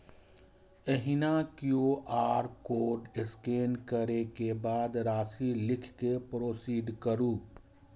एहिना QR code scan करै के बाद राशि लिख कें प्रोसीड करू